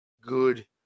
good